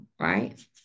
right